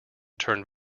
turned